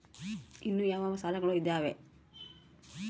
ಇನ್ನು ಯಾವ ಯಾವ ಸಾಲಗಳು ಇದಾವೆ?